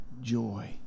joy